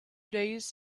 days